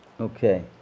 Okay